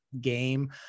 game